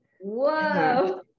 whoa